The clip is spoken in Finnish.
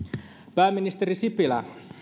pääministeri sipilä